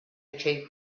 achieve